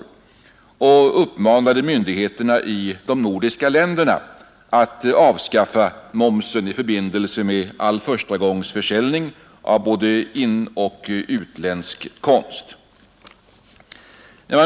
Konferensen uppmanade myndigheterna i de nordiska länderna att avskaffa momsen i förbindelse med all förstagångsförsäljning av både inoch utländsk konst.